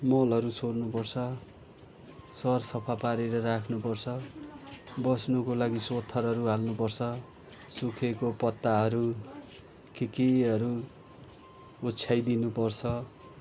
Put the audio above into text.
मलहरू सोहोर्नु पर्छ सर सफा पारेर राख्नुपर्छ बस्नुको लागि सोत्तरहरू हाल्नुपर्छ सुकेको पत्ताहरू के केहरू ओछ्याइ दिनुपर्छ